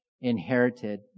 inherited